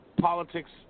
Politics